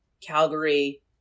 Calgary